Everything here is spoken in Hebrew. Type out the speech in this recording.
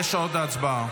יש עוד הצבעה.